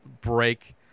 break